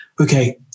Okay